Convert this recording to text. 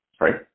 Right